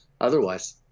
otherwise